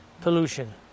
pollution